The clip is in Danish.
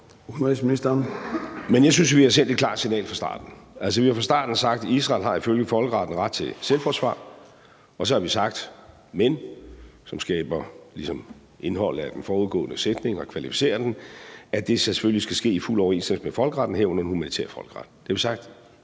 Men jeg synes, vi har sendt et klart signal fra starten. Altså, vi har fra starten sagt, at Israel ifølge folkeretten har ret til selvforsvar, og så har vi så sagt, hvilket ligesom skaber indholdet af den forudgående sætning og kvalificerer den, at det selvfølgelig skal ske i fuld overensstemmelse med folkeretten, herunder den humanitære folkeret. Det har vi sagt